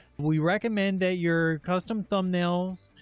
we recommend that your custom thumbnails,